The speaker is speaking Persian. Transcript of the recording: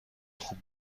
خوب